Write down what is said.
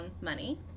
money